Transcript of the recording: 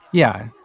yeah.